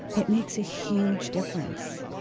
it makes a huge difference.